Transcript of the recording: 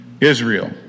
Israel